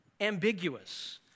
ambiguous